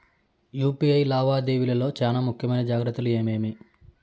UPI లావాదేవీల లో చానా ముఖ్యమైన జాగ్రత్తలు ఏమేమి?